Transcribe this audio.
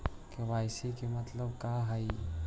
KYC के मतलब का हई?